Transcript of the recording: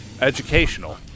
Educational